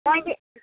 मैले